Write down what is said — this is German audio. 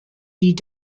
die